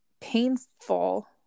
painful